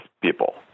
people